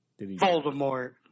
Voldemort